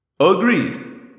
Agreed